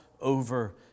over